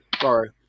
Sorry